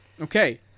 Okay